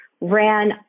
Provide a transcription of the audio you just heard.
ran